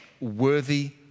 worthy